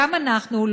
גם אנחנו,